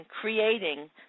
creating